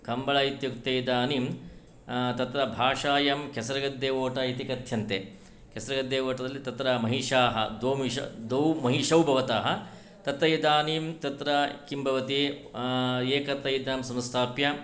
कम्बला इत्युक्ते इदानीं तत्र भाषायां खेसरगद्देवोटा इति कथ्यन्ते खेसरगद्देवोटरलि तत्र महीषाः द्वौ महीषौ भवतः तत्र इदानीं तत्र किं भवति एकत्र इदं संस्थाप्य